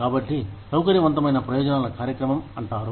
కాబట్టి సౌకర్యవంతమైన ప్రయోజనాల కార్యక్రమం అంటారు